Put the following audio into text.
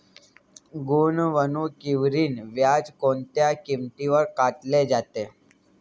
गुंतवणुकीवरील व्याज कोणत्या किमतीवर काढले जाते?